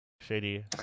Shady